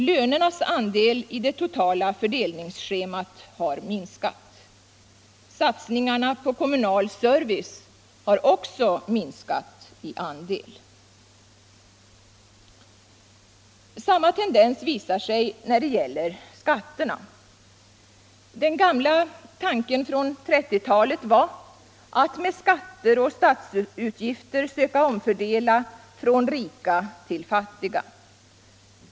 Lönernas andel i det totala fördelningsschemat har minskat. Satsningarna på kommunal service har också minskat i andel. Samma tendens visar sig när det gäller skatterna. Den gamla tanken från 1930-talet var att med skatter och statsutgifter söka omfördela från rika till fattiga.